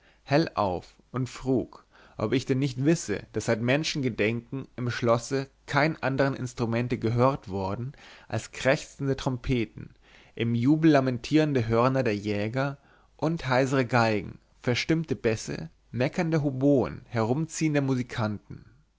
hell auf und frug ob ich denn nicht wisse daß seit menschengedenken im schlosse keine andern instrumente gehört worden als krächzende trompeten im jubel lamentierende hörner der jäger und heisere geigen verstimmte bässe meckernde hoboen herumziehender musikanten